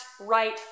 right